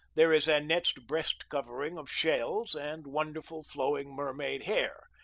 there is annette's breast covering of shells, and wonderful flowing mermaid hair,